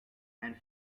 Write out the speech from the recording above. and